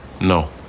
No